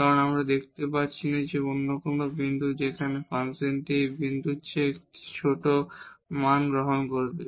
কারণ আমরা দেখতে পাচ্ছি না যে অন্য কোন বিন্দুতে ফাংশনটি এই বিন্দুর চেয়ে একটি ছোট মান গ্রহণ করবে